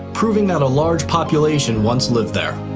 proving that a large population once lived there.